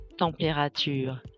Température